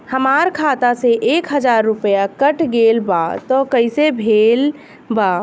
हमार खाता से एक हजार रुपया कट गेल बा त कइसे भेल बा?